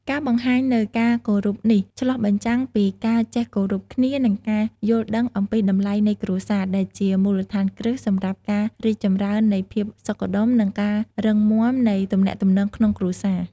ការបង្ហាញនូវការគោរពនេះឆ្លុះបញ្ចាំងពីការចេះគោរពគ្នា និងការយល់ដឹងអំពីតម្លៃនៃគ្រួសារ ដែលជាមូលដ្ឋានគ្រឹះសម្រាប់ការរីកចម្រើននៃភាពសុខដុម និងការរឹងមាំនៃទំនាក់ទំនងក្នុងគ្រួសារ។